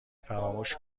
فراموش